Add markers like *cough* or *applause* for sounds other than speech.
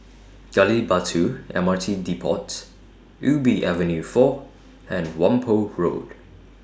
Gali Batu M R T Depot Ubi Avenue four and *noise* Whampoa Road